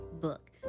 book